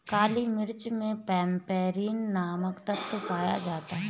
काली मिर्च मे पैपरीन नामक तत्व पाया जाता है